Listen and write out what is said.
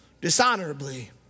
dishonorably